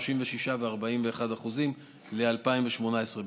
36% ו-41% ל-2018,